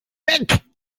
weg